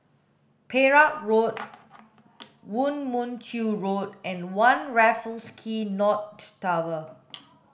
Perak Road Woo Mon Chew Road and One Raffles Quay North Tower